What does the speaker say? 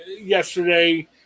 yesterday